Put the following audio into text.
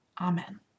Amen